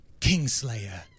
Kingslayer